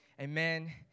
Amen